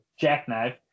jackknife